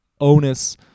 onus